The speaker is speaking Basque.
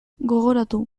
gogoratu